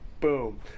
Boom